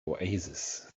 oasis